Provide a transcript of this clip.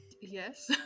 Yes